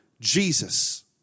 Jesus